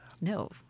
no